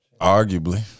Arguably